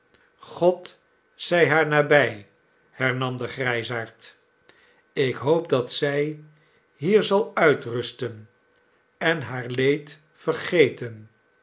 god zij haar nabij hernam de grijsaard ik hoop dat zij hier zal uitrusten en haar leed vergeten